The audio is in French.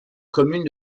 commune